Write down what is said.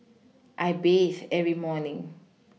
I bathe every morning